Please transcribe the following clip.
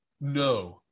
No